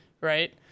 right